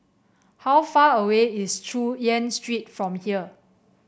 how far away is Chu Yen Street from here